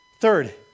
third